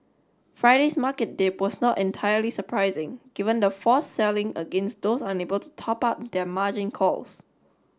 Friday's market dip was not entirely surprising given the forced selling against those unable to top up their margin calls